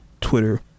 Twitter